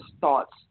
thoughts